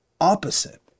opposite